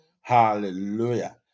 Hallelujah